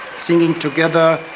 singing together,